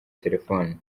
telefoni